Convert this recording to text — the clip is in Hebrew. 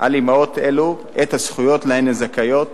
על אמהות אלו את הזכויות שלהן זכאיות